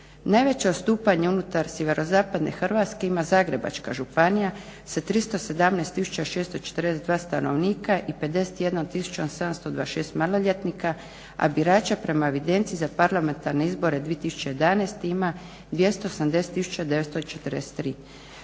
Najveće odstupanje unutar SZ Hrvatske ima Zagrebačka županija sa 317 642 stanovnika i 51 726 maloljetnika, a birača prema evidenciji za parlamentarne izbore 2011. ima 270 943.